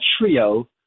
trio